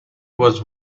was